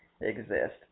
exist